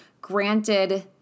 Granted